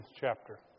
chapter